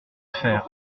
faire